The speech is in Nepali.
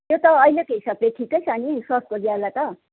त्यो त अहिलेको हिसाबले ठिकै छ नि सर्टको ज्याला त